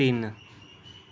ਤਿੰਨ